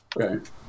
Okay